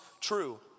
true